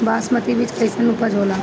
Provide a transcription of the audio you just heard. बासमती बीज कईसन उपज होला?